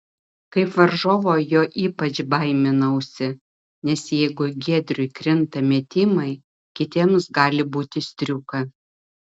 kaip varžovo jo ypač baiminausi nes jeigu giedriui krinta metimai kitiems gali būti striuka